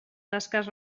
tasques